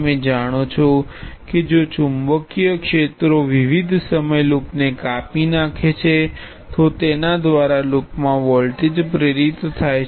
તમે જાણો છો કે જો ચુંબકીય ક્ષેત્રો વિવિધ સમય લૂપને કાપી નાખે છે તો તેના દ્વારા લૂપમાં વોલ્ટેજ પ્રેરિત થાય છે